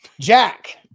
jack